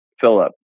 Philip